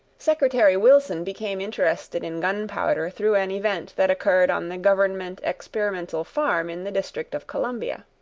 secretary wilson became interested in gunpowder through an event that occurred on the government experimental farm in the district of columbia.